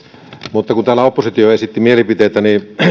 mutta kun täällä oppositio esitti mielipiteitä